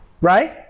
Right